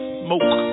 smoke